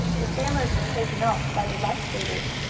the sailors were taken off by the life-savers.